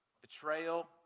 betrayal